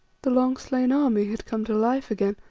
the long-slain army had come to life again,